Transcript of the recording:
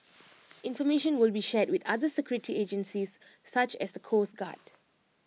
information will be shared with other security agencies such as the coast guard